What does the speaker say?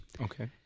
Okay